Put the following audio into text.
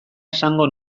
esango